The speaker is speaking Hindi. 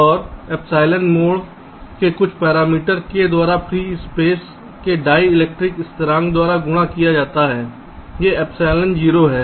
और ε मोड़ में कुछ पैरामीटर k द्वारा फ्री स्पेस के डाईइलेक्ट्रिक स्थिरांक द्वारा गुणा किया जाता है यह ε0 है